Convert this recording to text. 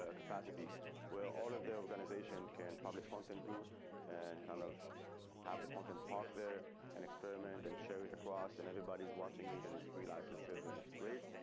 ah capacity where all of the organization can publish content to an kind of have the content park there an experiment and share it across and everybody is watching it, and it's free licenses and it's great.